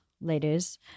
ladies